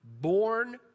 born